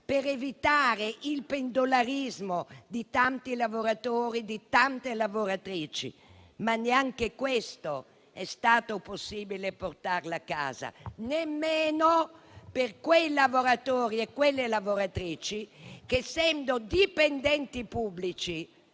di evitare il pendolarismo di tanti lavoratori e di tante lavoratrici. Ma neanche questo risultato è stato possibile portare a casa. Non è stato possibile nemmeno per quei lavoratori e quelle lavoratrici che, essendo dipendenti pubblici